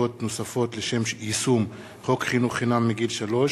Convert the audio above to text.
כיתות נוספות לשם יישום חוק חינוך חינם מגיל שלוש